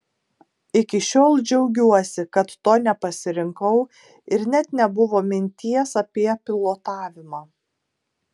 iki šiol džiaugiuosi kad to nepasirinkau ir net nebuvo minties apie pilotavimą